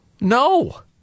No